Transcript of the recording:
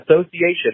association